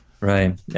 Right